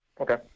Okay